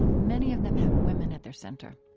many of them have women at their center.